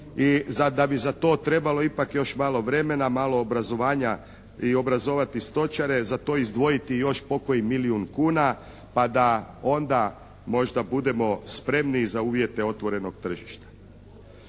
i da bi za to trebalo ipak još malo vremena, malo obrazovanja i obrazovati stočare, za to izdvojiti još po koji milijun kuna pa da onda možda budemo spremni za uvjete otvorenog tržišta.